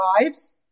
lives